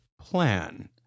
plan